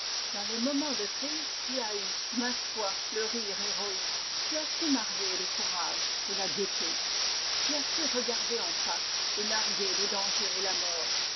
dans les moments de crise tu as eu maintes fois le rire héroïque tu as su marier le courage et la gaîté tu as su regarder en face et narguer le danger et la mort